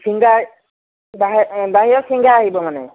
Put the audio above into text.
singer বাহিৰৰ বাহিৰৰ চিংগাৰ আহিব মানে